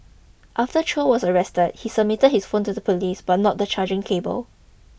after Chow was arrested he submitted his phone to the police but not the charging cable